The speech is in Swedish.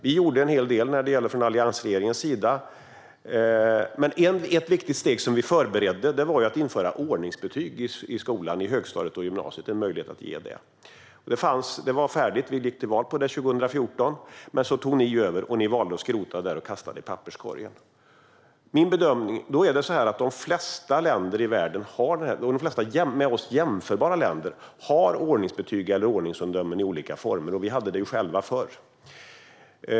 Vi gjorde en hel del från alliansregeringens sida, men ett viktigt steg som vi förberedde var att införa en möjlighet att ge ordningsbetyg i högstadiet och gymnasiet. Det var färdigt, och vi gick till val på det 2014. Men så tog ni över och valde att skrota det. De flesta med oss jämförbara länder i världen har ordningsbetyg eller ordningsomdömen i olika former, och vi hade det ju själva förr.